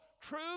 true